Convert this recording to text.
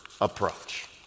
approach